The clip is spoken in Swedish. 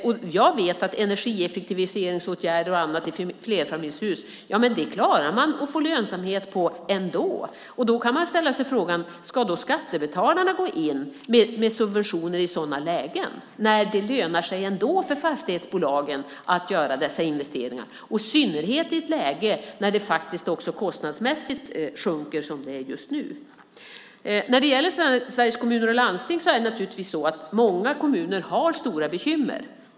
Och jag vet att man när det gäller energieffektiviseringsåtgärder och annat i flerfamiljshus klarar att få lönsamhet ändå. Då kan man ställa sig frågan: Ska skattebetalarna gå in med subventioner i sådana lägen, när det ändå lönar sig för fastighetsbolagen att göra dessa investeringar och, i synnerhet, i ett läge när det faktiskt också kostnadsmässigt sjunker, som det gör just nu? När det gäller Sveriges kommuner och landsting är det naturligtvis så att många kommuner har stora bekymmer.